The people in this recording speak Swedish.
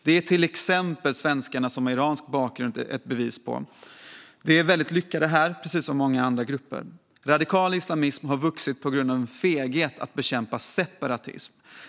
De svenskar som har iransk bakgrund är ett bevis på detta. De är väldigt lyckade här, precis som många andra grupper. Radikal islamism har vuxit på grund av en feghet när det gäller att bekämpa separatism.